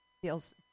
feels